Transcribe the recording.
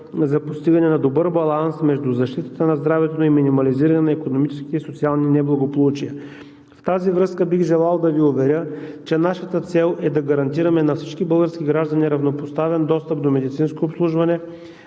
за постигане на добър баланс между защитата на здравето и минимизиране на икономическите и социалните неблагополучия. В тази връзка бих желал да Ви уверя, че нашата цел е да гарантираме на всички български граждани равнопоставен достъп до медицинско обслужване